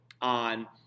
on